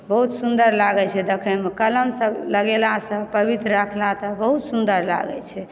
बहुत सुन्दर लागैत छै देखयमे कलमसभ लगेलाहसँ पवित्र रखलाहसँ बहुत सुन्दर लागैत छै